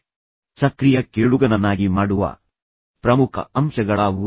ನಿಮ್ಮನ್ನು ಸಕ್ರಿಯ ಕೇಳುಗನನ್ನಾಗಿ ಮಾಡುವ ಪ್ರಮುಖ ಅಂಶಗಳಾವುವು